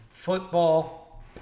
football